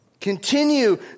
Continue